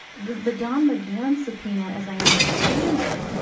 the the don mcgann subpoena, as i understand it,